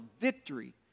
victory